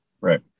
Right